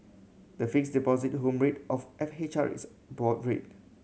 the Fixed Deposit Home Rate of F H R is a board rate